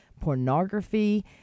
pornography